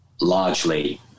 largely